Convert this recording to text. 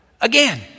Again